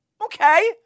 Okay